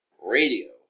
Radio